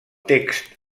text